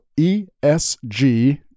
ESG